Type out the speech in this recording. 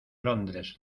londres